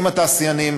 עם התעשיינים,